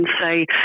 say